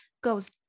goes